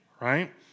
right